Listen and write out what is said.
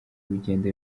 ugenda